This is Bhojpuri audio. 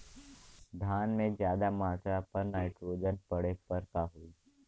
धान में ज्यादा मात्रा पर नाइट्रोजन पड़े पर का होई?